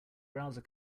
browser